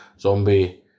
Zombie